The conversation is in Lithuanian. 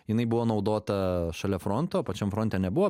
jinai buvo naudota šalia fronto pačiam fronte nebuvo